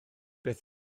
beth